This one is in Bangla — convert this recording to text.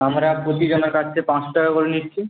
আমরা প্রতি জনের কাছ থেকে পাঁচশো টাকা করে নিচ্ছি